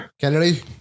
Kennedy